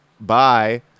Bye